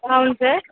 అవును సార్